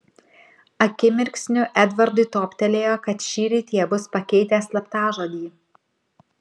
akimirksniu edvardui toptelėjo kad šįryt jie bus pakeitę slaptažodį